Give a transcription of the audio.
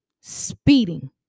speeding